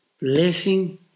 blessing